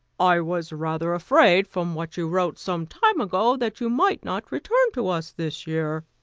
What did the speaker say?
i was rather afraid from what you wrote some time ago, that you might not return to us this year.